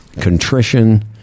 contrition